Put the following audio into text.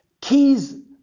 keys